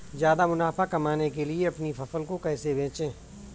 ज्यादा मुनाफा कमाने के लिए अपनी फसल को कैसे बेचें?